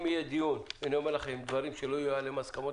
אם יהיו דברים שלא יהיו לגביהם הסכמות